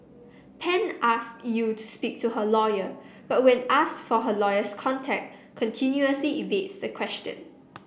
Pan asked Yew to speak to her lawyer but when asked for her lawyer's contact continuously evades the question